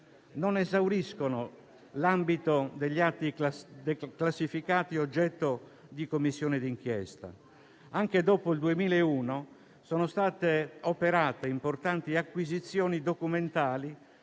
non esauriscono l'ambito degli atti classificati oggetto di Commissione di inchiesta. Anche dopo il 2001 sono state operate importanti acquisizioni documentali